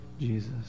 Jesus